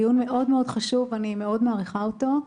הדיון מאוד חשוב ואני מאוד מעריכה אותו.